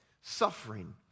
suffering